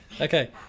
Okay